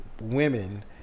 women